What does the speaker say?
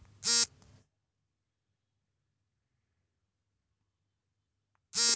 ನನ್ನ mobile prepaid ಬಿಲ್ಲನ್ನು ನಿಮ್ಮ ಬ್ಯಾಂಕಿನ ನನ್ನ ಖಾತೆಗೆ ಜೋಡಿಸಬಹುದೇ?